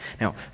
Now